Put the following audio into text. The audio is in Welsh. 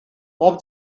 bob